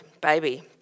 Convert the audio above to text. baby